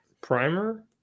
primer